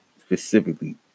specifically